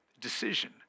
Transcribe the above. decision